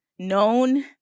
known